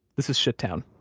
this is shittown